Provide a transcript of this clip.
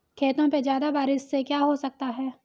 खेतों पे ज्यादा बारिश से क्या हो सकता है?